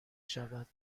شود